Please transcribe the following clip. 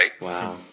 Wow